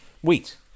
Wheat